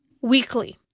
weekly